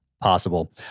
possible